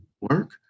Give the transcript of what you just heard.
work